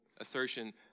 assertion